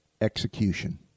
execution